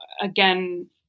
again